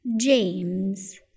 James